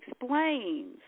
explains